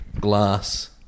glass